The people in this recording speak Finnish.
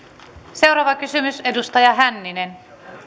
seuraava kysymys edustaja hänninen